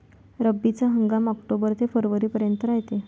रब्बीचा हंगाम आक्टोबर ते फरवरीपर्यंत रायते